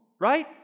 right